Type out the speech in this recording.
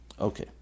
Okay